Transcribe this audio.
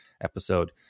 episode